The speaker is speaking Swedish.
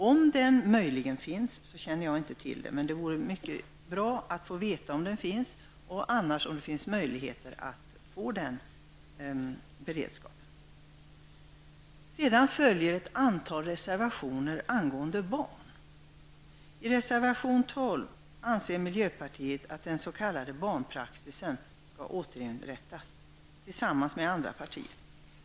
Om den möjligen finns känner jag inte till den, men det vore mycket bra att få veta om den finns och om det i annat fall finns möjligheter att få till stånd den. Sedan följer ett antal reservationer om barn. att den s.k. barnpraxisen skall återinföras.